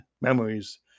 memories